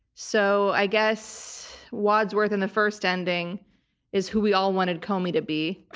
so i guess wadsworth in the first ending is who we all wanted comey to be,